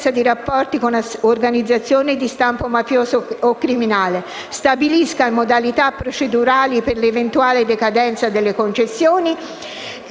Grazie